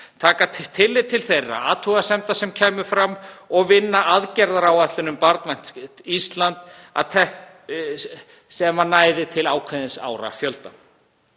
taka tillit til þeirra athugasemda sem kæmu fram og vinna aðgerðaáætlun um Barnvænt Ísland sem næði til ákveðins árafjölda.